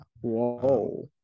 Whoa